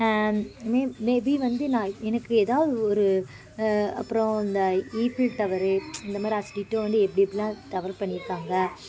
மே maybe வந்து நான் எனக்கு ஏதாவது ஒரு அப்புறம் இந்த ஈஃபிள் டவரு இந்தமாதிரி அஸ் டிட்டோ வந்து எப்படி எப்படிலாம் டவர் பண்ணியிருக்காங்க